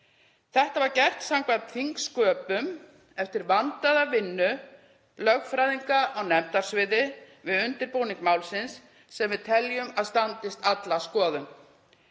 Þetta var gert samkvæmt þingsköpum eftir vandaða vinnu lögfræðinga á nefndasviði við undirbúning málsins sem við teljum að standist alla skoðun.